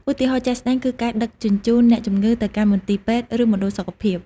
ឧទាហរណ៍ជាក់ស្តែងគឺការដឹកជញ្ជូនអ្នកជំងឺទៅកាន់មន្ទីរពេទ្យឬមណ្ឌលសុខភាព។